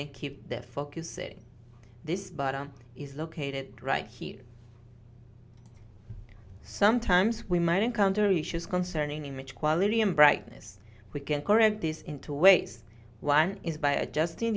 they keep their focus saying this bottom is located right here sometimes we might encounter issues concerning image quality and brightness we can correct this in two ways one is by adjusting